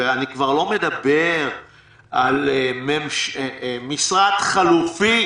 ואני כבר לא מדבר על משרד חלופי